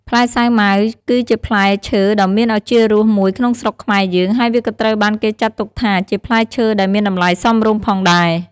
ផ្លែសាវម៉ាវ គឺជាផ្លែឈើដ៏មានឱជារសមួយក្នុងស្រុកខ្មែរយើង ហើយវាក៏ត្រូវបានគេចាត់ទុកថា ជាផ្លែឈើដែលមានតម្លៃសមរម្យផងដែរ។